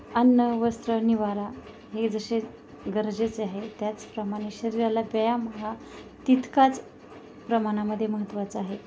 अन्न वस्त्र निवारा हे जसे गरजेचे आहे त्याचप्रमाणे शरीराला व्यायाम हा तितकाच प्रमाणामध्ये महत्त्वाचा आहे